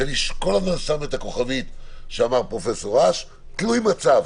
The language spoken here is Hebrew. וכמובן עם הכוכבית שאמר פרופ' אש: תלוי מצב.